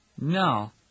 no